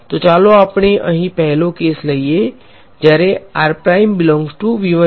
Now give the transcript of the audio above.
તો ચાલો આપણે અહીં પહેલો કેસ લઈએ જ્યારે છે